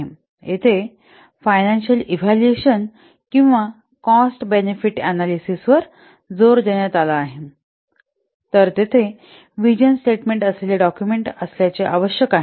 येथे financial evaluation किंवा cost benefit analysis वर जोर देण्यात आला आहे तर तेथे व्हिजन स्टेटमेंट असलेले डाक्युमेंट असल्याचे आवश्यक आहे